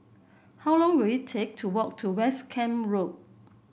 how long will it take to walk to West Camp Road